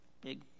big